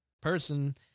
person